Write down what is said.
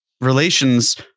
relations